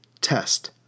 test